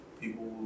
people